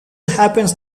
happens